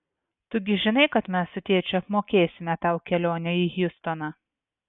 tu gi žinai kad mes su tėčiu apmokėsime tau kelionę į hjustoną